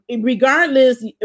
regardless